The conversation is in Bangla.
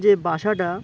যে বাসাটা